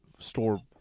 store